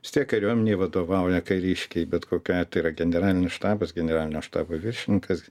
vis tiek kariuomenei vadovauja kariškiai bet kokiu atveju tai yra generalinis štabas generalinio štabo viršininkas